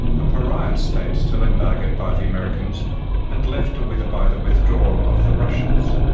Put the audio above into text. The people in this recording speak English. a pariah state still embargoed by the americans and left to whither by the withdrawal of the russians.